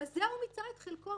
בזה הוא מיצה את חלקו.